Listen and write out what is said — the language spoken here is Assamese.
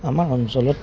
আমাৰ অঞ্চলত